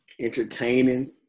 entertaining